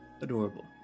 Adorable